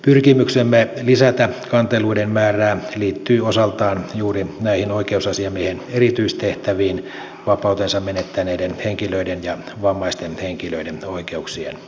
pyrkimyksemme lisätä kanteluiden määrää liittyy osaltaan juuri näihin oikeusasiamiehen erityistehtäviin vapautensa menettäneiden henkilöiden ja vammaisten henkilöiden oikeuksien valvojana